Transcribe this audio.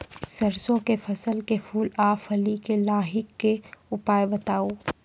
सरसों के फसल के फूल आ फली मे लाहीक के उपाय बताऊ?